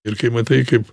ir kai matai kaip